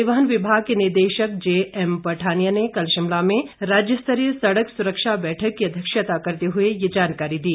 परिवहन विभाग के निदेशक जेएम पठानिया ने कल शिमला में राज्य स्तरीय सड़क सुरक्षा बैठक की अध्यक्षता करते हुए ये जानकारी दी